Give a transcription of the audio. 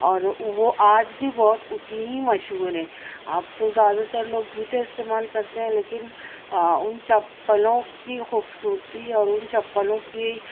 اور وہ آج بھی بہت اتنی ہی مشہور ہیں اب تو زیادہ تر لوگ جوتے استعمال کرتے ہیں لیکن ان چپلوں کی خوبصورتی اور ان چپلوں کی